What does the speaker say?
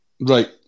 right